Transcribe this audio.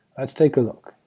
let's take a look.